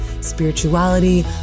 spirituality